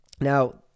Now